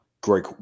Great